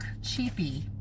cheapy